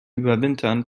überwintern